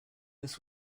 this